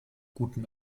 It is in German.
guten